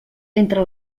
entre